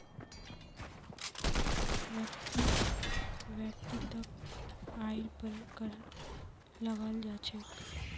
व्यक्तिर वैयक्तिक आइर पर कर लगाल जा छेक